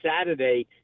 Saturday